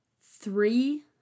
three